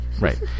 Right